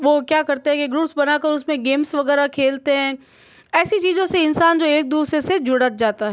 वो क्या करते हैं कि ग्रूप्स बनाकर के उसमें गेम्स वगैरह खेलते हैं ऐसी चीज़ों से इंसान जो एक दूसरे से जुड़त जाता है